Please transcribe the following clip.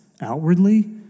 outwardly